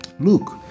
Look